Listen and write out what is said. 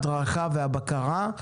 ההדרכה והבקרה,